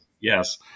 yes